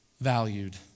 valued